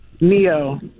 Neo